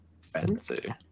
Fancy